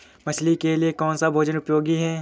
मछली के लिए कौन सा भोजन उपयोगी है?